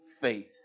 faith